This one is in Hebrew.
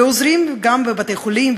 ועוזרים גם בבתי-חולים,